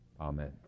amen